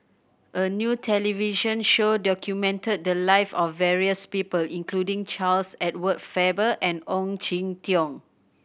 a new television show documented the life of various people including Charles Edward Faber and Ong Jin Teong